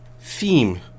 theme